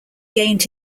gained